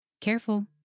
Careful